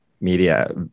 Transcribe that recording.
media